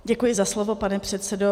Děkuji za slovo, pane předsedo.